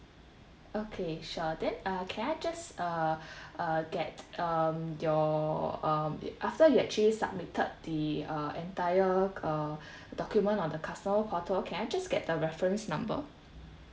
okay sure then uh can I just uh uh get um your um the after you actually submitted the uh entire uh document on the customer portal can I just get the reference number